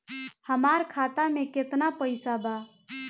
हमरा खाता में केतना पइसा बा?